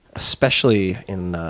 especially in